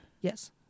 Yes